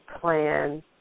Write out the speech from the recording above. plan